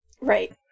Right